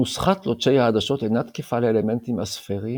נוסחת לוטשי העדשות אינה תקפה לאלמנטים אספריים,